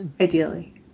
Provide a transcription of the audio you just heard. Ideally